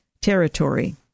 territory